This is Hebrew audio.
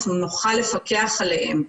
אנחנו נוכל לפקח עליהם.